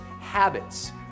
habits